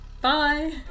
Bye